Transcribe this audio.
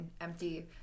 empty